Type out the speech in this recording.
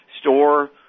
store